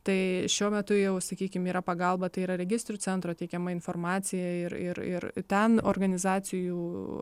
tai šiuo metu jau sakykim yra pagalba tai yra registrų centro teikiama informacija ir ir ir ten organizacijų